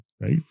right